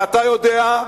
ואתה יודע,